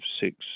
six